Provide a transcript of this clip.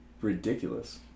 ridiculous